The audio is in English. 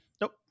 Nope